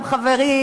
גם חברי